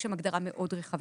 יש גם הגדרה מאוד רחבה.